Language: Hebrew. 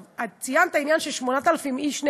את ציינת את העניין ש-8,000 איש בשנה